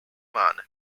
man